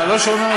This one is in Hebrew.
אני לא שומע אותה.